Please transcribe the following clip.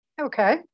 okay